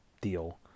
deal